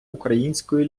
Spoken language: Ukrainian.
української